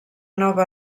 nova